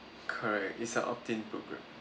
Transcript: correct it's a opt-in programme